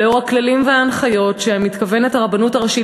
לאור הכללים וההנחיות שמתכוונת הרבנות הראשית